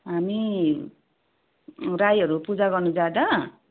हामी राईहरू पूजा गर्नु जाँदा